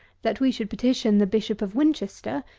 that we should petition the bishop of winchester,